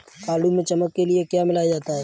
आलू में चमक के लिए क्या मिलाया जाता है?